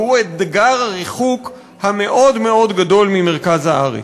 והוא אתגר הריחוק המאוד-מאוד גדול ממרכז הארץ.